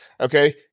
Okay